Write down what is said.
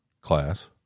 class